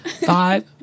Five